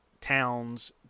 towns